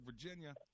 Virginia